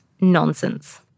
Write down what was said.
nonsense